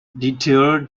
detailed